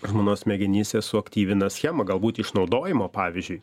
žmonos smegenyse suaktyvina schemą galbūt išnaudojimo pavyzdžiui